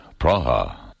Praha